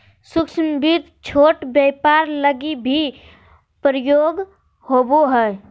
सूक्ष्म वित्त छोट व्यापार लगी भी प्रयोग होवो हय